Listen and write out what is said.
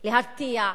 להרתיע,